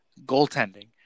goaltending